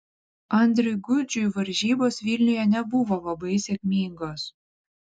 andriui gudžiui varžybos vilniuje nebuvo labai sėkmingos